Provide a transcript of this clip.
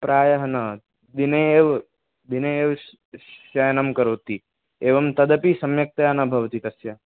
प्रायः न दिने एव दिने एव श् शयनं करोति एवं तदपि सम्यक्तया न भवति तस्य